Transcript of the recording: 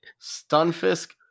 Stunfisk